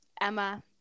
Emma